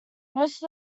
most